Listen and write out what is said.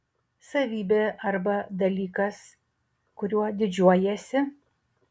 savybė arba dalykas kuriuo didžiuojiesi